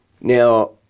Now